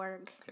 Okay